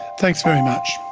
thanks very much.